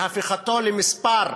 והפיכתו למספר,